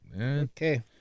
okay